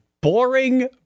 boring